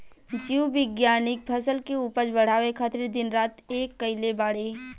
जीव विज्ञानिक फसल के उपज बढ़ावे खातिर दिन रात एक कईले बाड़े